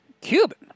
Cuban